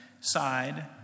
side